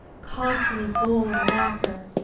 costly gold lacquer,